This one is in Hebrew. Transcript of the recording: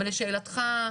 לשאלתך,